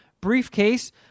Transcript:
briefcase